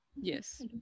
Yes